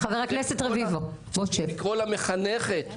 צריך לקרוא לה מחנכת,